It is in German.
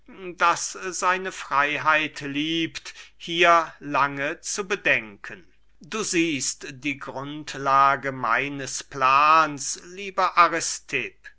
das seine freyheit liebt hier lange zu bedenken du siehst die grundlage meines plans lieber